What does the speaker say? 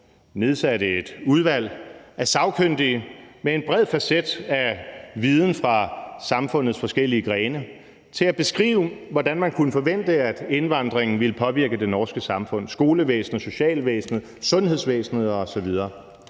nedsatte et udvalg af sagkyndige med en bred facet af viden fra samfundets forskellige grene til at beskrive, hvordan man kunne forvente at indvandringen ville påvirke det norske samfund – skolevæsenet, socialvæsenet, sundhedsvæsenet osv.